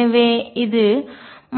எனவே இது